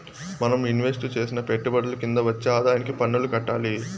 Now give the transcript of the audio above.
మనం ఇన్వెస్టు చేసిన పెట్టుబడుల కింద వచ్చే ఆదాయానికి పన్నులు కట్టాలి